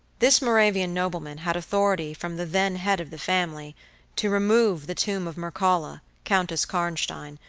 this moravian nobleman had authority from the then head of the family to remove the tomb of mircalla, countess karnstein,